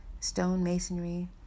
stonemasonry